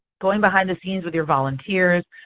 going behind the scenes with your volunteers.